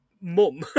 mum